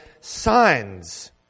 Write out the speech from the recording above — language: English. signs